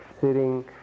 sitting